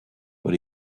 but